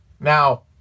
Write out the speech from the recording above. Now